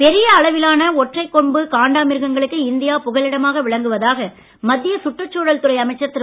பெரிய அளவிலான ஒற்றை கொம்பு காண்டாமிருகங்களுக்கு இந்தியா புகலிடமாக விளங்குவதாக மத்திய சுற்றுச்சூழல் துறை அமைச்சர் திரு